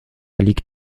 liegt